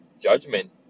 judgment